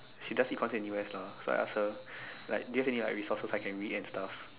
she does econs in U_S lah so I ask her like do you have any resources I can read and stuff